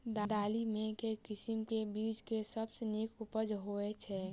दालि मे केँ किसिम केँ बीज केँ सबसँ अधिक उपज होए छै?